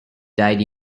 died